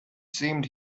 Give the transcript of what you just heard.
seemed